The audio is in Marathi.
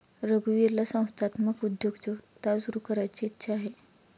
रघुवीरला संस्थात्मक उद्योजकता सुरू करायची इच्छा आहे